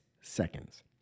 seconds